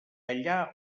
allà